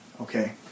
Okay